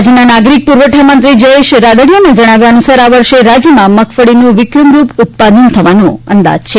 રાજ્યના નાગરિક પુરવઠા મંત્રી જયેશ રાદડીયાના જણાવ્યા અનુસાર આ વર્ષે રાજ્યમાં મગફળીનું વિક્રમરૂપ ઉત્પાદન થવાનો અંદાજ છે